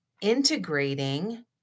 integrating